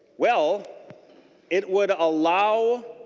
well it would allow